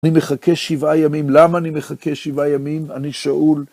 אני מחכה שבעה ימים. למה אני מחכה שבעה ימים? אני שאול,